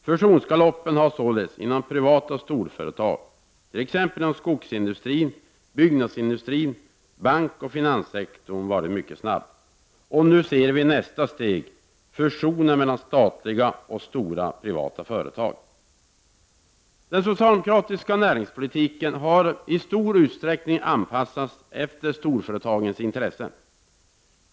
Fusionsgaloppen har således inom privata storföretag, t.ex. inom skogsindustrin, byggnadsindustrin, bankoch finanssektorn, varit snabb. Och nu ser vi nästa steg: fusioner mellan statliga och stora privata företag. Den socialdemokratiska näringspolitiken har i stor utsträckning anpassats efter storföretagens intressen.